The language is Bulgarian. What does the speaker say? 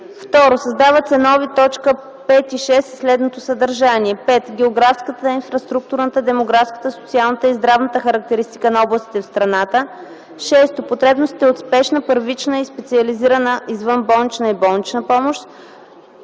2. Създават се нови т. 5 и 6 със следното съдържание: „5. географската, инфраструктурната, демографската, социалната и здравната характеристика на областите в страната; 6. потребностите от спешна, първична и специализирана извънболнична и болнична помощ.”